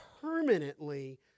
permanently